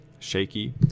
shaky